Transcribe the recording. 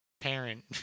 parent